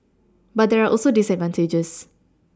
but there are also disadvantages